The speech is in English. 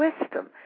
wisdom